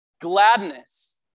gladness